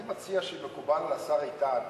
אני מציע שמקובל על השר איתן,